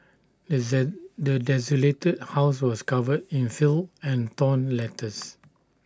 the the desolated house was covered in filth and torn letters